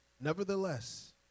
Nevertheless